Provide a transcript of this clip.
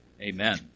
Amen